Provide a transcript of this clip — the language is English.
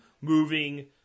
moving